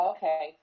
Okay